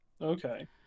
Okay